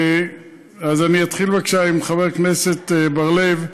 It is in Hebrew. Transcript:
אתחיל, בבקשה, עם חבר הכנסת בר-לב.